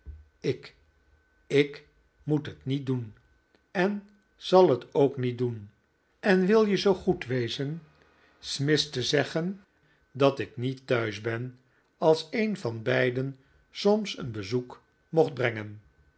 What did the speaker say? ik ik moet het niet doen en zal het ook niet doen en wil je zoo goed wezen smith te zeggen dat ik niet thuis ben als een van beiden soms een bezoek mocht brengen